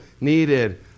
needed